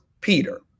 peter